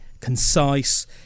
concise